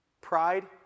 Pride